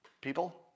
people